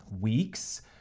weeks